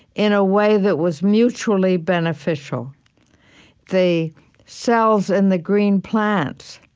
in a way that was mutually beneficial the cells in the green plants